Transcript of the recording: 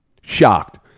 shocked